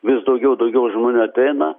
vis daugiau daugiau žmonių ateina